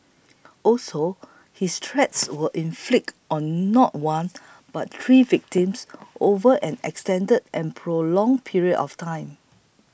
also his threats were inflicted on not one but three victims over an extended and prolonged period of time